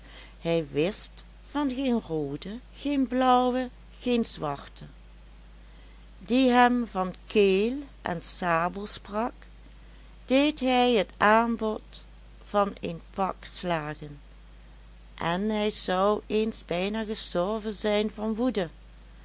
hij wist van geen roode geen blauwe geen zwarte die hem van keel en sabel sprak deed hij het aanbod van een pak slagen en hij zou eens bijna gestorven zijn van woede